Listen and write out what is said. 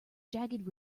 jagged